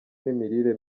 n’imirire